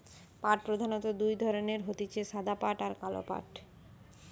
পাট প্রধানত দুই ধরণের হতিছে সাদা পাট আর কালো পাট